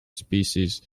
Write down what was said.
species